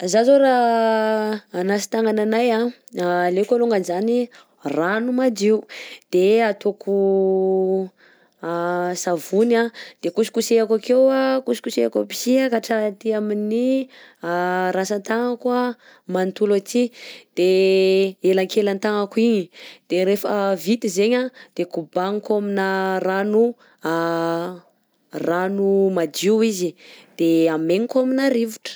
Zaho zao raha hanasa tagnanay aleko alaonga zany rano madio de ataoko savony a, de kosikosehako akeo kosikosehako aby sy ka atraty amin'ny rantsan-tagnako manontolo aty, de elankelan-tagnako igny, de rehefa vita zegny de kobagniko amina rano rano madio izy de hamegniko amina rivotra.